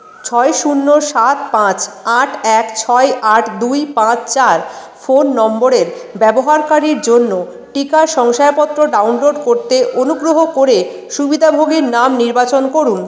ছয় শূন্য সাত পাঁচ আট এক ছয় আট দুই পাঁচ চার ফোন নম্বরের ব্যবহারকারীর জন্য টিকা শংসাপত্র ডাউনলোড করতে অনুগ্রহ করে সুবিধাভোগীর নাম নির্বাচন করুন